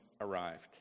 arrived